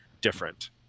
different